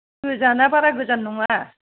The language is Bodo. गोजाना बारा गोजान नङा